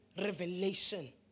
revelation